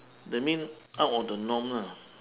that mean out of the norm ah